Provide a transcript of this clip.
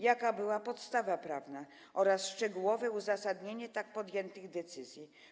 Jaka była podstawa prawna oraz szczegółowe uzasadnienie tak podjętych decyzji?